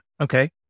Okay